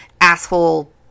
asshole